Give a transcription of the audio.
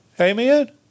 Amen